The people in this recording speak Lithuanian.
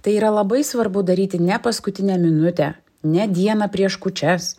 tai yra labai svarbu daryti ne paskutinę minutę ne dieną prieš kūčias